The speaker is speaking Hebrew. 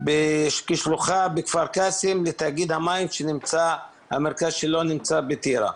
כשלוחה בכפר קאסם לתאגיד המים שהמרכז שלו נמצא בטירה.